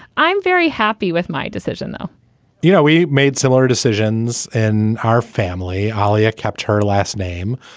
i'm very happy with my decision now you know, we made similar decisions in our family. aleya kept her last name,